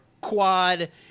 quad